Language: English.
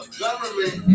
government